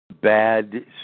bad